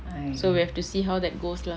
so we have to see how that goes lah